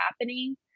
happening